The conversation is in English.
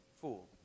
fool